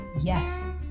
Yes